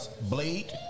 Blade